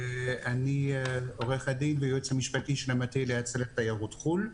אני עו"ד ויועץ המשפטי של המטה להצלת תיירות חו"ל,